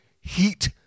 heat